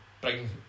bring